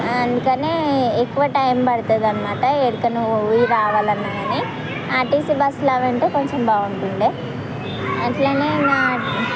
అందుకని ఎక్కువ టైం పడతుంది అన్నమాట ఏడికన్నా పోయి రావాలన్నా కానీ ఆర్టీసీ బస్సులు అవి ఉంటే కొంచెం బాగుంటుండే అట్లనే ఇంకా